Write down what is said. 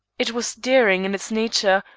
it was daring in its nature,